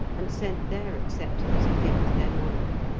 and sent their acceptance of him as their monarch.